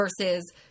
Versus